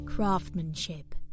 Craftsmanship